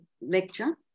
lecture